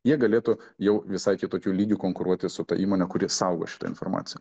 jie galėtų jau visai kitokiu lygiu konkuruoti su ta įmone kuri saugo šitą informaciją